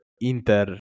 Inter